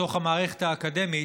בתוך המערכת האקדמית,